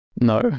No